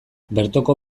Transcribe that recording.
bertoko